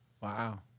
Wow